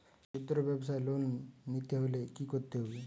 খুদ্রব্যাবসায় লোন নিতে হলে কি করতে হবে?